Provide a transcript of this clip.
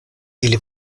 ili